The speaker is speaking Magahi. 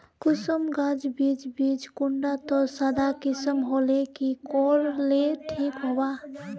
किसम गाज बीज बीज कुंडा त सादा किसम होले की कोर ले ठीक होबा?